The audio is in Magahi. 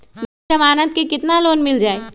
बिना जमानत के केतना लोन मिल जाइ?